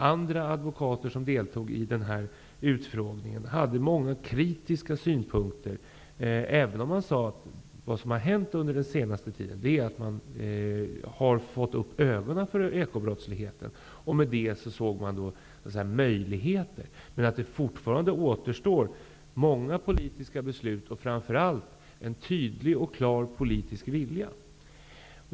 Andra advokater som deltog i utfrågningen hade många kritiska synpunkter även om de sade att man under senaste tiden har fått upp ögonen för ekobrottsligheten, vilket innebär vissa möjligheter, men att det fortfarande återstår många politiska beslut och framför allt en tydlig och klar politisk vilja.